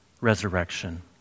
resurrection